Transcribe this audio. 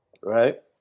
right